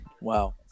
Wow